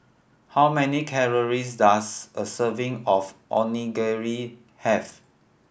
how many calories does a serving of Onigiri have